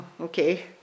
okay